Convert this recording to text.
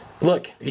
look